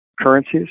currencies